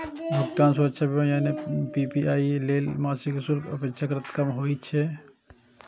भुगतान सुरक्षा बीमा यानी पी.पी.आई लेल मासिक शुल्क अपेक्षाकृत कम होइ छै